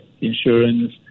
insurance